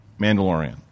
Mandalorian